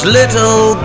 little